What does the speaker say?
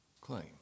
claim